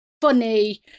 funny